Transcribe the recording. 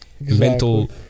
mental